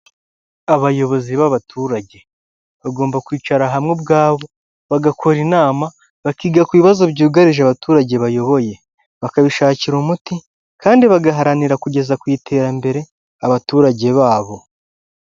Abayobozi b'abaturage bagomba kwicara hamwe ubwabo bagakora inama bakiga ku bibazo byugarije abaturage bayoboye, bakabishakira umuti kandi bagaharanira kugeza ku iterambere abaturage babo.